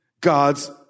God's